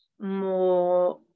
more